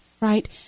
right